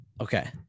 Okay